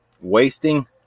wasting